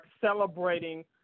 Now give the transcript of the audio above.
celebrating